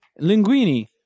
Linguini